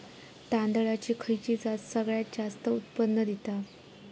तांदळाची खयची जात सगळयात जास्त उत्पन्न दिता?